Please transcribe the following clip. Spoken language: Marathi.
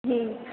हं